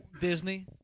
Disney